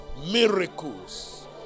miracles